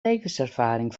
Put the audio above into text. levenservaring